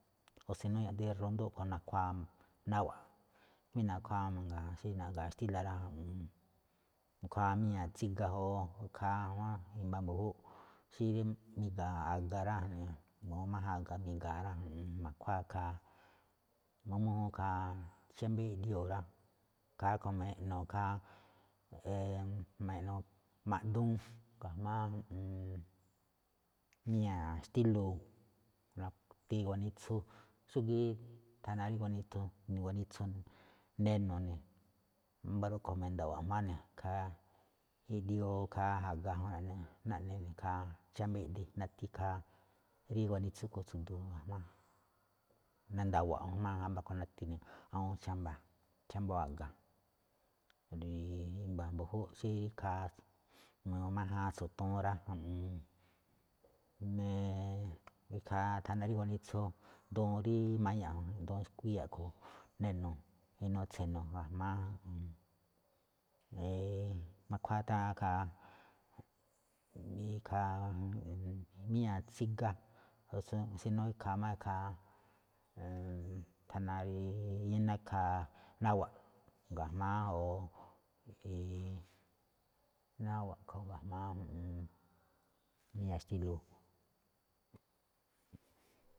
Si nó ná yaꞌdiin rundú a̱ꞌkhue̱n nakhuwáa náwa̱ꞌ, jamí nakhuáa xí na̱ꞌga̱a̱ xtíla̱ mangaa rá, ju̱ꞌuun nakhuáa míña̱ tsíga o ikhaa máꞌ, i̱mba̱ mbu̱júꞌ, xí rí niꞌga̱a̱ a̱ga rá, jaꞌnee ma̱gu̱ma májáan a̱ga mi̱ga̱a̱ rá, ju̱ꞌuun ma̱khuáa ikhaa, ma̱gu̱ma mújúun ikhaa chámbá iꞌdiuu̱ rá, ikhaa rúꞌkhue̱n me̱ꞌno̱ ikhaa, eee a̱jma̱ duun, ga̱jma̱á ju̱ꞌuun, míña̱ xtílo̱, nati guanitsu xúgíí thana rí guanitsu, xúgíí thana guanitsu, guanitsu neno̱ ne̱, wámba̱ rúꞌkhue̱n ma̱nda̱wo̱o̱ꞌ ga̱jma̱á ne̱ ikhaa iꞌdiuu ikhaa a̱ga naꞌne ne̱ ikhaa chámbá iꞌdi, nati ikhaa rí guanitsu tsu̱du̱u̱ ne̱ jngó ma̱ndawo̱o̱ꞌ jma̱á ne̱, wámba̱ rúꞌkhue̱n nati awúun chámbá, chámbóo a̱ga̱. Rí i̱mba̱ mbu̱júꞌ xí rí ikhaa, nag a májáan ikhaa tso̱toon rá ja̱ꞌnee neee ikhaa thana rí gaunitsu duun rí maña̱ꞌ, duun skuíya̱ a̱ꞌkhue̱n, neno̱ inuu tse̱no̱ ga̱jma̱á eee ma̱khuáa tháan ikhaa, ikhaa ju̱ꞌuun míña̱ tsíga, si no ikhaa máꞌ thana iná ikhaa náwa̱ꞌ, ga̱jma̱á o eee náwa̱ꞌ a̱ꞌkhue̱n ga̱jma̱á míña̱ xtílo̱.